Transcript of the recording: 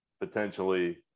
Potentially